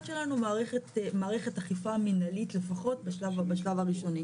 שלנו מערכת אכיפה מינהלית לפחות בשלב הראשוני.